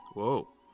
Whoa